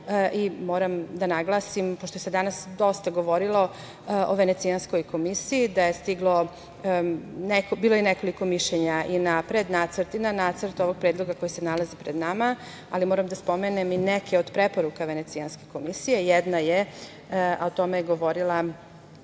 odluka. Moram da naglasim, pošto se danas dosta govorilo o Venecijanskoj komisiji, da je bilo nekoliko mišljenja i na prednacrt i na nacrt ovog predloga koji se nalazi pred nama, ali moram da spomenem i neke od preporuka Venecijanske komisije. Jedna je, a o tome je govorila